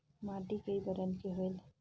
माटी कई बरन के होयल?